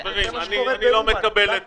אני מאוד שמחתי לשמוע שיש היתכנויות ודברים,